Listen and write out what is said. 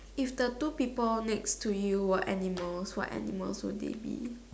is the two people next to you were animals so animals would they be